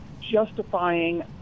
justifying